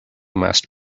must